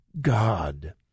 God